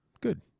good